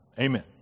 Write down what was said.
Amen